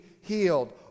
healed